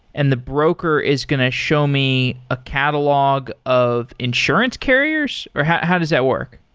and the broker is going to show me a catalog of insurance carriers, or how how does that work?